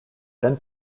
then